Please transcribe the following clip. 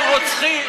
אמרת גופות של רוצחים.